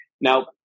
Now